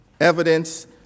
evidence